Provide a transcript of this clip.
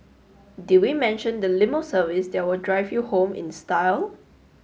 did we mention the limo service that will drive you home in style